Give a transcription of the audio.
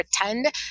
pretend